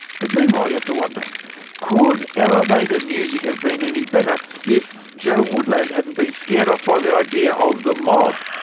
but meanwhile you have to wonder could elevator music have been any better if joe woodland hadn't been scared off by the idea of the mob?